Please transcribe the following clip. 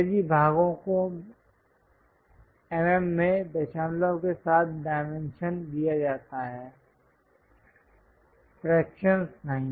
अंग्रेजी भागों को mm में दशमलव के साथ डायमेंशन दिया जाता है फ्रेक्शंस नहीं